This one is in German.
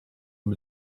mit